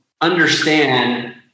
understand